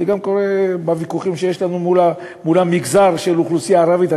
זה גם קורה בוויכוחים שיש לנו מול המגזר של האוכלוסייה הערבית.